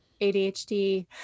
ADHD